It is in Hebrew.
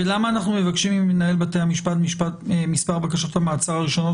ולמה אנחנו מבקשים ממנהל בתי המשפט מספר בקשות המעצר הראשונות?